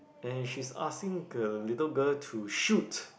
and she's asking the little girl to shoot